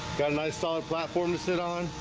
got a nice solid platform to sit on